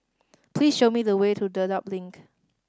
please show me the way to Dedap Link